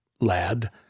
lad